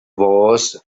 was